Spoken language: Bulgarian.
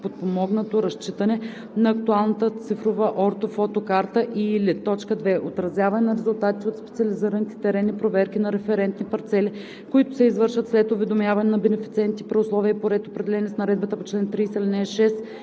подпомогнато разчитане) на актуалната цифрова ортофото карта и/или 2. отразяване на резултатите от специализираните теренни проверки на референтни парцели, които се извършват след уведомяване на бенефициентите при условия и по ред, определени с наредбата по чл. 30,